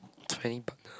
training partner